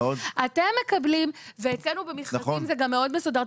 אתם מקבלים, ואצלנו במכרזים זה גם מאוד מסודר.